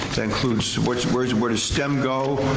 that includes where and where does stem go,